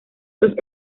los